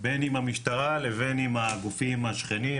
בין עם המשטרה לבין עם הגופים השכנים,